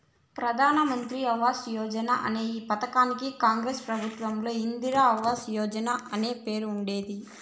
ప్రధాన్ మంత్రి ఆవాస్ యోజన అనే ఈ పథకానికి కాంగ్రెస్ ప్రభుత్వంలో ఇందిరా ఆవాస్ యోజన అనే పేరుండేది